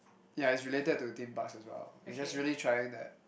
yeah is related to theme parks also it's just really trying that